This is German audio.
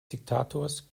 diktators